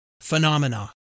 phenomena